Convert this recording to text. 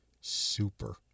Super